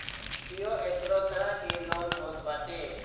इहो एगो तरह के लोन होत बाटे